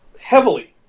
heavily